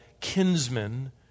kinsman